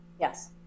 Yes